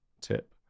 tip